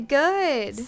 good